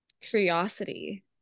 curiosity